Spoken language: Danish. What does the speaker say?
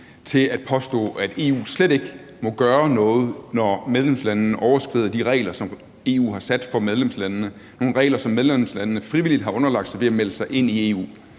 til at påstå, at EU slet ikke må gøre noget, når medlemslandene overskrider de regler, som EU har sat for medlemslandene – nogle regler, som medlemslandene frivilligt har underlagt sig ved at melde sig ind i EU.